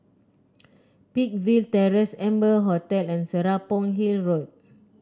Peakville Terrace Amber Hotel and Serapong Hill Road